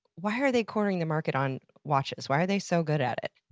why are they cornering the market on watches, why are they so good at it?